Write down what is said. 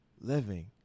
living